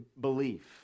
belief